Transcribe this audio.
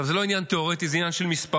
עכשיו, זה לא עניין תיאורטי, זה עניין של מספרים: